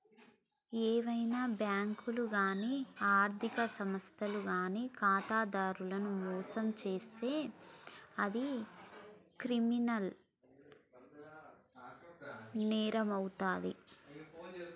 ఏవైనా బ్యేంకులు గానీ ఆర్ధిక సంస్థలు గానీ ఖాతాదారులను మోసం చేత్తే అది క్రిమినల్ నేరమవుతాది